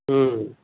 ହୁଁ